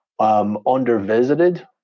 undervisited